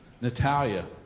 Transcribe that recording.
Natalia